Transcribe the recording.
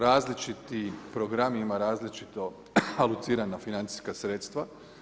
Različiti programima različito alocirana financijska sredstva.